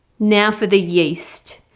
now for the yeast.